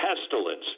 pestilence